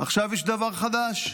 עכשיו יש דבר חדש,